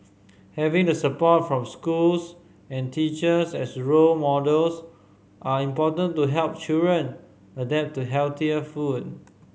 having the support from schools and teachers as role models are important to help children adapt to healthier food